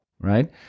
right